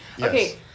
Okay